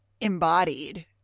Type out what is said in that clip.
embodied